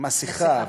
מסכה.